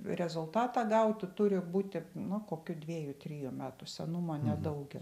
rezultatą gauti turi būti na kokių dviejų trijų metų senumo ne daugiau